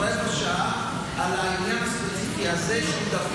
רבע שעה על העניין הספציפי הזה,